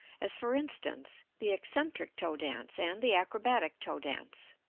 as for instance, the eccentric toe dance and the acrobatic toe dance.